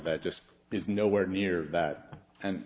that just is no where near that and